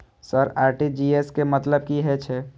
Sir RTGS के मतलब की हे छे?